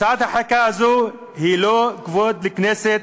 הצעת החקיקה הזאת היא לא כבוד לכנסת,